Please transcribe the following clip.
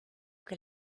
que